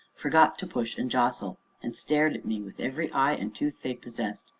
forgot to push and jostle, and stared at me with every eye and tooth they possessed,